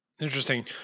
interesting